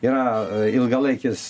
yra ilgalaikis